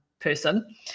person